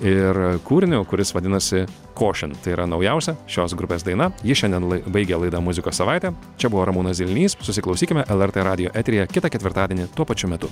ir kūriniu kuris vadinasi caution tai yra naujausia šios grupės daina ji šiandien baigia laidą muzikos savaitė čia buvo ramūnas zilnys susiklausykime lrt radijo eteryje kitą ketvirtadienį tuo pačiu metu